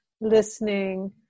listening